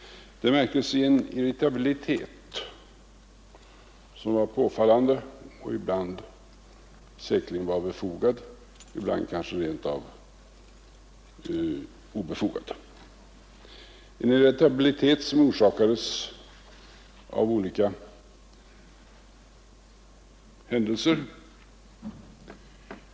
Det märktes också i en irritabilitet som var påfallande, ibland säkerligen befogad, ibland kanske obefogad. Det var en irritabilitet som orsakades av olika händelser.